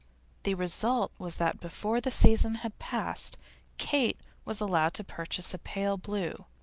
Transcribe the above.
the result was that before the season had passed kate was allowed to purchase a pale blue,